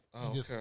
Okay